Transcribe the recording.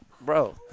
Bro